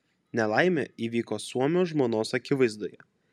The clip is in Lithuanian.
nelaimė įvyko suomio žmonos akivaizdoje